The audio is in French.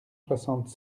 soixante